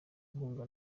inkunga